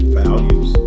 values